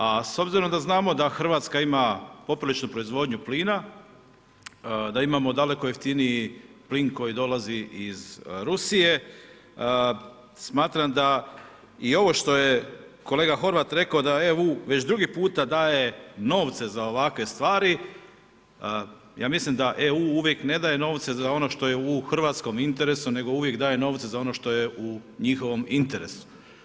A s obzirom da znamo da Hrvatska ima poprilično proizvodnju plina, da imamo daleko jeftiniji plin koji dolazi iz Rusije, smatram da je i ovo što je kolega Horvat rekao, da EU, već drugi puta daje novce za ovakve stvari, ja mislim da EU, uvijek ne daje novce što je u Hrvatskom interesu, nego uvijek daje novce za ono što je u njihovom interesu.